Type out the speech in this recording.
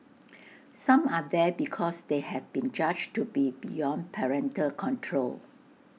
some are there because they have been judged to be beyond parental control